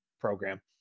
program